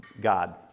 God